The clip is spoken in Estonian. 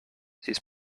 siis